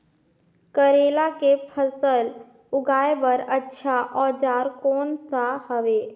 करेला के फसल उगाई बार अच्छा औजार कोन सा हवे?